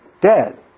dead